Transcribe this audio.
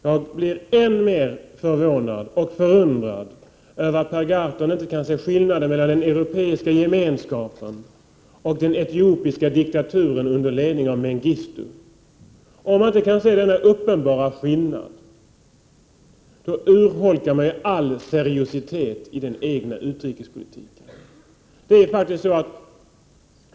Jag blev än mer förvånad och förundrad över att Per Gahrton inte kan se skillnaden mellan den europeiska gemenskapen och den etiopiska diktaturen under ledning av Mengistu. Om man inte kan se denna uppenbara skillnad, urholkar man all seriositet i den egna utrikespolitiken.